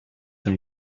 him